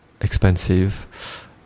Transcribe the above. expensive